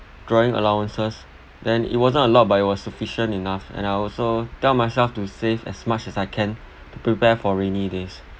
drawing allowances then it was not a lot but it was sufficient enough and I also tell myself to save as much as I can to prepare for rainy days